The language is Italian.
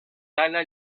dalla